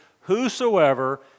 whosoever